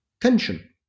tension